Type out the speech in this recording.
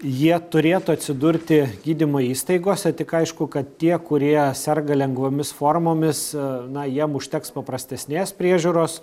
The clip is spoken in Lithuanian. jie turėtų atsidurti gydymo įstaigose tik aišku kad tie kurie serga lengvomis formomis na jiem užteks paprastesnės priežiūros